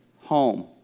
home